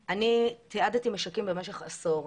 אני תיעדתי משקים במשך עשור.